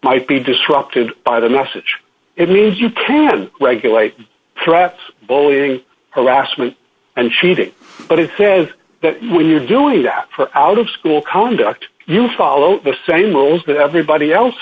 might be disrupted by the message it means you can regulate threats bullying harassment and cheating but it says that when you're doing that for out of school conduct you follow the same rules that everybody else